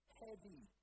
heavy